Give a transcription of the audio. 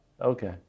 Okay